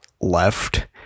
left